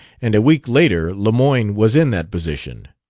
and a week later lemoyne was in that position.